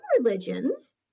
religions